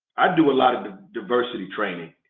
i do a lot of diversity training